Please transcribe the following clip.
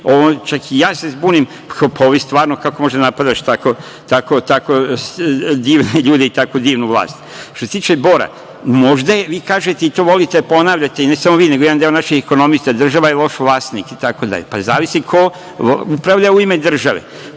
se i ja zbunim, kao, ovi stvarno divni, kako možeš da napadaš tako divne ljude i tako divnu vlast. Što se tiče Bora, možda je, vi kažete i to volite da ponavljate, i ne samo vi nego i jedan deo naših ekonomista, država je loš vlasnik, itd. Zavisi ko upravlja u ime države.